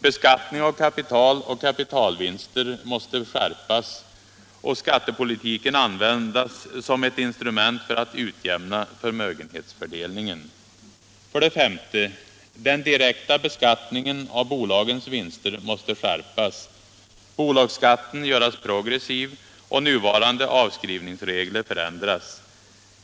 Beskattning av kapital och kapitalvinster måste skärpas och skattepolitiken användas som ett instrument för att utjämna förmögenhetsfördelningen. 5. Den direkta beskattningen av bolagens vinster måste skärpas, bolagsskatten göras progressiv och nuvarande avskrivningsregler förändras.